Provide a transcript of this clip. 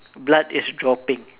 blood is dropping